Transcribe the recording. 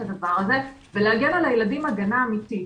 הדבר הזה ולהגן על הילדים הגנה אמיתית.